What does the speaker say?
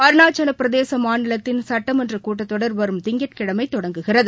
அருணாச்சவப் பிரதேச மாநிலத்தின் சுட்டமன்ற கூட்டத்தொடர் வரும் திங்கட் கிழமை தொடங்குகிறது